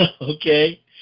Okay